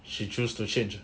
she refuse to change ah